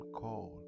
call